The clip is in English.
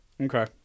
Okay